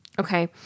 Okay